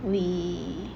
we